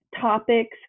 topics